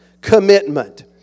commitment